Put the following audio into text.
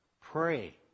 Pray